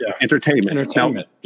entertainment